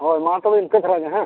ᱦᱳᱭ ᱢᱟᱛᱚᱵᱮ ᱤᱱᱠᱟᱹ ᱫᱷᱟᱨᱟ ᱜᱮ ᱦᱮᱸ